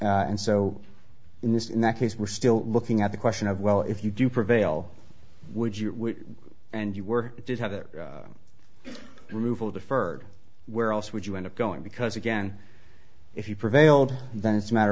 and so in this in that case we're still looking at the question of well if you do prevail would you and you were did have a rueful deferred where else would you end up going because again if you prevailed then it's a matter